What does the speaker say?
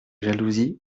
jalousie